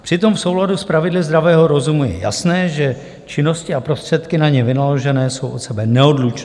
Přitom v souladu s pravidly zdravého rozumu je jasné, že činnosti a prostředky na ně vynaložené jsou od sebe neodlučné.